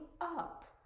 up